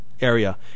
area